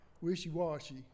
wishy-washy